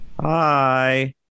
Hi